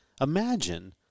Imagine